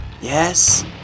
yes